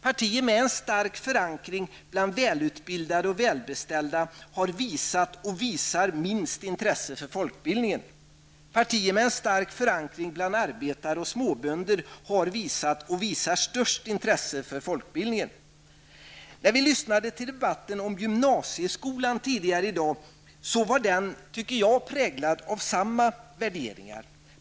Partier med stark förankring bland välutbildade och välbeställda har visat och visar minst intresse för folkbildningen. Partier med stark förankring bland arbetare och småbönder har visat och visar störst intresse för folkbildningen. Debatten om gymnasieskolan tidigare i dag var enligt min uppfattning präglad av samma värderingar.